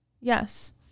Yes